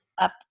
up